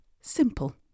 Simple